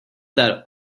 that